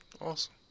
awesome